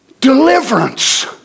deliverance